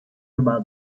about